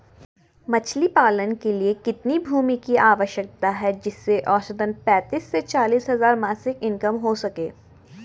मछली पालन के लिए कितनी भूमि की आवश्यकता है जिससे औसतन पैंतीस से चालीस हज़ार मासिक इनकम हो सके?